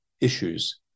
issues